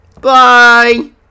Bye